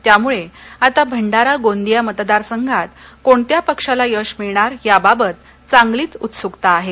त्यामुळे आता भंडारा गोंदिया मतदार संघात कोणत्या पक्षाला यश मिळणार याबाबत चांगलीच उत्सुकता आहे